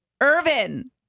Irvin